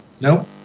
no